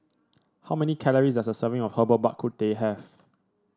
how many calories does a serving of Herbal Bak Ku Teh have